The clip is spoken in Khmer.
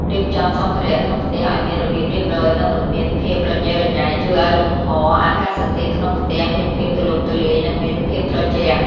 រៀបចំសម្ភារៈក្នុងផ្ទះឱ្យមានរបៀបរៀបរយនិងមិនមានភាពញ៉េរញ៉ៃជួយឱ្យលំហអាកាសក្នុងផ្ទះមានភាពទូលំទូលាយនិងមានភាពត្រជាក់។